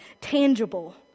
tangible